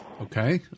Okay